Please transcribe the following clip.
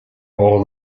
all